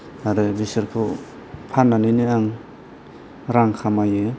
आरो बिसोरखौ फाननानैनो आं रां खामायो